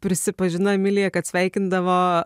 prisipažino emilija kad sveikindavo